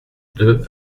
deux